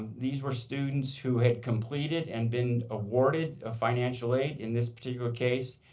these were students who had completed and been awarded a financial aid. in this particular case,